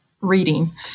reading